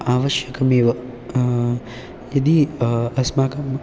आवश्यकमेव यदि अस्माकं